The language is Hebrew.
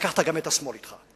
ולקחת גם את השמאל אתך.